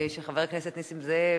שחבר הכנסת נסים זאב